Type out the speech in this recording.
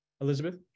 Elizabeth